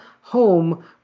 Home